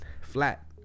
flat